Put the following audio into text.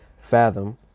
fathom